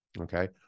Okay